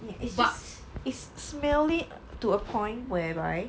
it's just it's smelly to a point whereby